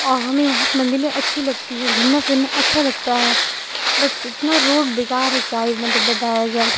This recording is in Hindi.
और हमें मंदिरे अच्छी लगती हैं घूमना फिरना अच्छा लगता है बट इतना रोड बेकार है क्या ही मतलब बताया जाय